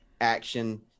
action